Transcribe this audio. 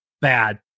bad